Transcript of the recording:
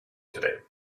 today